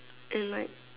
and like